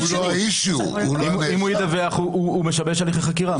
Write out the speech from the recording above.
אם הוא ידווח הוא משבש הליכי חקירה.